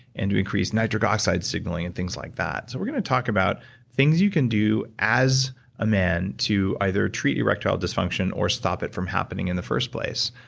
and to increase nitric oxide signaling, and things like that. we're going to talk about things you can do as a man to either treat erectile dysfunction, or stop it from happening in the first place.